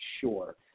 sure